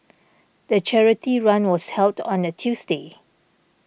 the charity run was held on a Tuesday